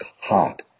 hot